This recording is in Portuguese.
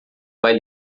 vai